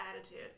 attitude